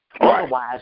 Otherwise